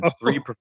three